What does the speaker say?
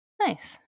Nice